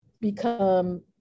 become